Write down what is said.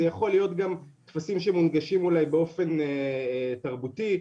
זה יכול להיות גם טפסים שמונגשים באופן תרבותי,